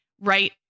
right